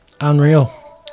Unreal